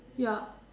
ya